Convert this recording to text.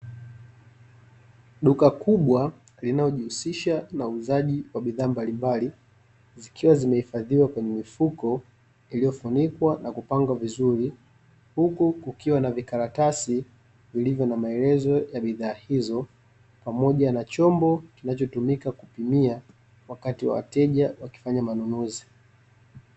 Duka kubwa linalojihusisha na uuzaji wa bidhaa mbalimbali zikiwa zimehifadhiwa kwenye mifuko iliyofunikwa na kupangwa vizuri, huku kukiwa na vikaratasi vilivyo na maelezo ya bidhaa hizo, pamoja na chombo kinachotumika kupimia wakati wateja wakifanya manunuzi.